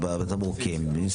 נמנעים.